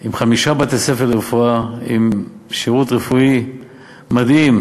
עם חמישה בתי-ספר לרפואה ועם שירות רפואי מדהים.